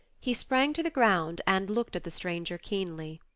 he sprang to the ground and looked at the stranger keenly.